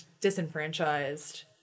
disenfranchised